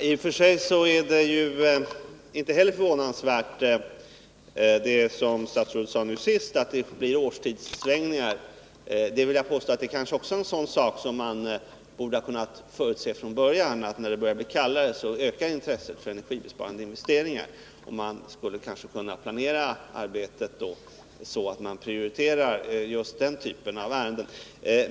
Herr talman! I och för sig är inte heller det som statsrådet sade om årstidssvängningarna förvånansvärt. Även detta är någonting som man från början borde ha kunnat förutse. När det blir kallare ökar ju intresset för energisparande investeringar. Man skulle kanske kunna planera arbetet så, att man då prioriterar just den typen av ärenden.